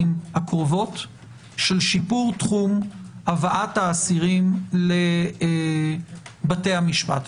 הקרובות של שיפור תחום הבאת האסירים לבתי המשפט.